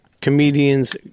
Comedians